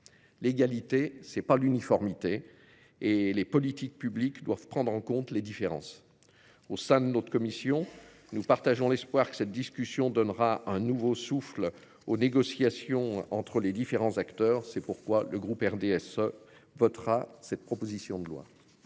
L'égalité, c'est pas l'uniformité et les politiques publiques doivent prendre en compte les différences. Au sein de notre commission, nous partageons l'espoir que cette discussion donnera un nouveau souffle aux négociations entre les différents acteurs. C'est pourquoi le groupe RDSE. Votera cette proposition de loi.